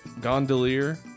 Gondolier